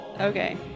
Okay